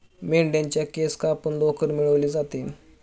मेंढ्यांच्या केस कापून लोकर मिळवली जाते